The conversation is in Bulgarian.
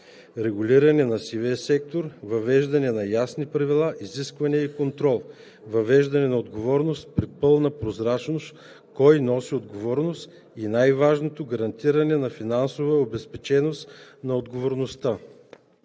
регулиране на сивия сектор; - въвеждането на ясни правила, изисквания и контрол. - въвеждане на отговорност при пълна прозрачност кой носи отговорност и най-важното – гарантиране на финансова обезпеченост на отговорността;